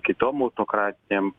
kitom autokratinėm